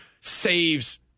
saves